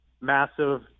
massive